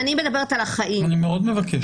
אני מאוד מבקש.